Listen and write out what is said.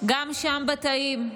גם שם בתאים.